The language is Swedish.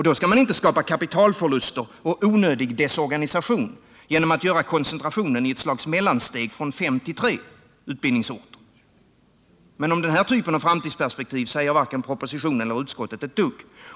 Då skall man inte skapa kapitalförluster och onödig desorganisation genom att göra koncentrationen i ett slags mellansteg från fem till tre utbildningsorter. Om den typen av framtidsperspektiv säger varken propositionen eller utskottet ett dugg.